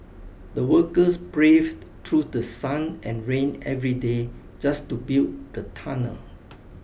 the workers braved through the sun and rain every day just to build the tunnel